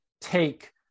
take